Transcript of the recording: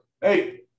hey